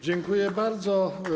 Dziękuję bardzo.